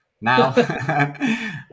now